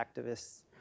activists